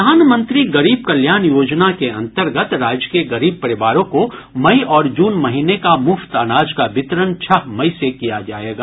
प्रधानमंत्री गरीब कल्याण योजना के अन्तर्गत राज्य के गरीब परिवारों को मई और जून महीने का मुफ्त अनाज का वितरण छह मई से किया जायेगा